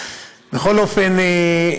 בכל אופן,